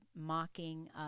mocking